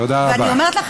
תודה רבה.